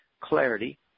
clarity